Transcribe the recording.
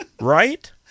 right